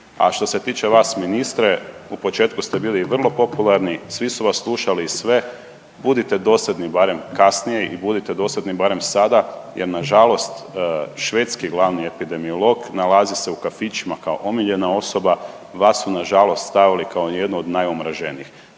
A što se tiče vas ministre, u početku ste bili vrlo popularni, svi su vas slušali i sve, budite dosadni barem kasnije i budite dosadni barem sada jer nažalost švedski glavni epidemiolog nalazi se u kafićima kao omiljena osoba, vas su nažalost stavili kao jednu od najomraženijih